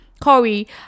Corey